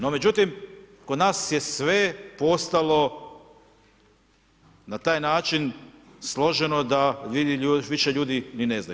No međutim, kod nas je sve postalo na traj način složeno da više ljudi ni ne znaju.